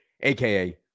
AKA